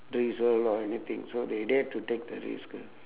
drizzle or anything so they dare to take the risk ah